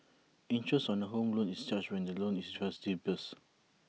interest on A home loan is charged when the loan is disbursed